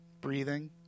breathing